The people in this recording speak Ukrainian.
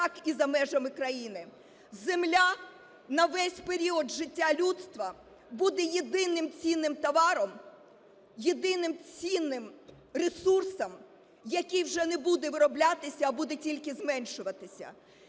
так і за межами країни. Земля на весь період життя людства буде єдиним цінним товаром, єдиним цінним ресурсом, який вже не буде вироблятися, а буде тільки зменшуватися.